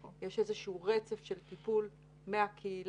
יש איזשהו רצף של טיפול מהקהילה